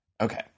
Okay